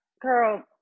Girl